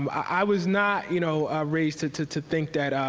um i was not you know raised to to think that,